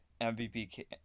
mvp